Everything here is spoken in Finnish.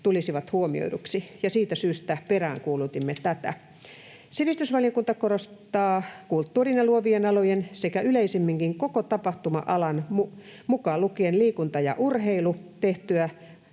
tulisivat huomioiduksi”, ja siitä syystä peräänkuulutimme tätä. ”Sivistysvaliokunta korostaa kulttuurin ja luovien alojen sekä yleisemminkin koko tapahtuma-alan, mukaan lukien liikunta ja urheilu, tehtyä